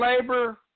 labor